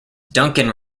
duncan